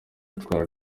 yitwara